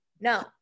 no